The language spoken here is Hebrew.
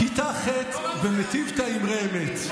כיתה ח' במתיבתא אמרי אמת.